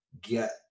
Get